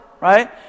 right